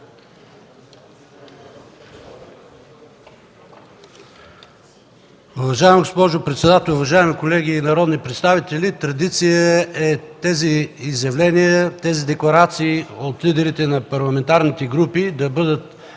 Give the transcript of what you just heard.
Уважаема госпожо председател, уважаеми колеги народни представители! Традиция е тези изявления, тези декларации от лидерите на парламентарните групи, да бъдат